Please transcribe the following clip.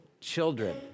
children